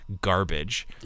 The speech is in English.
garbage